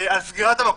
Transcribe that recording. על סגירת המקום.